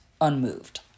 unmoved